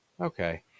okay